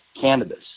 cannabis